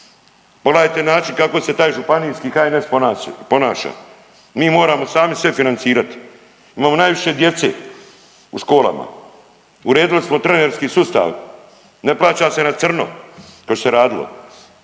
Pogledajte način kako se taj županijski HNS ponaša, mi moramo sami sve financirat, imamo najviše djece u školama uredili smo trenerski sustav, ne plaća se na crno kao što se radilo,